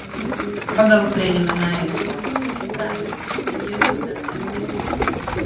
pagal preliminarią hipotezę jis gali būti susijęs su dnr taisymu